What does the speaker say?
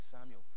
Samuel